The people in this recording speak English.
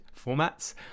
formats